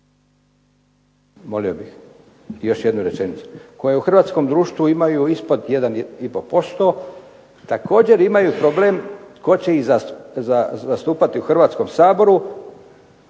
manjine, još jednu rečenicu, koje u Hrvatskom društvu imaju ispod 1,5%, također imaju problem tko će zastupati u Hrvatskom saboru,